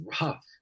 rough